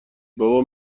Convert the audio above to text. بابا